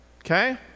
Okay